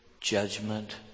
judgment